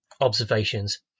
observations